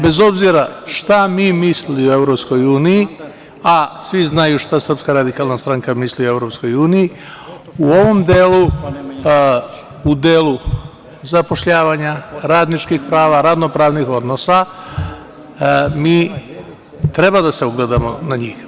Bez obzira šta mi mislili o EU, a svi znaju šta SRS misli o EU, u ovom delu, u delu zapošljavanja, radničkih prava, radno-pravnih odnosa, mi treba da se ugledamo na njih.